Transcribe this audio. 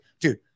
dude